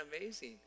amazing